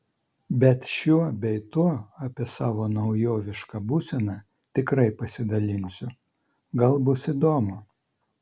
bet šiuo bei tuo apie savo naujovišką būseną tikrai pasidalinsiu gal bus įdomu